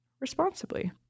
responsibly